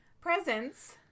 Presents